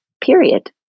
period